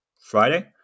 Friday